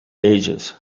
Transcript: ages